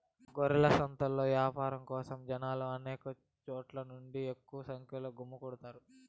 గొర్రెల సంతలో యాపారం కోసం జనాలు అనేక చోట్ల నుంచి ఎక్కువ సంఖ్యలో గుమ్మికూడతారు